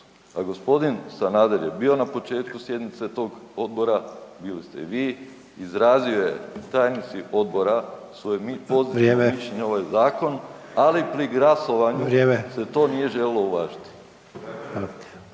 A gospodin Sanader je bio na početku sjednice tog odbora, bili ste i vi, izrazio je tajnici odbora svoje pozitivno mišljenje …/Upadica: Vrijeme./… na ovaj zakon, ali pri glasovanju se to nije želilo uvažiti.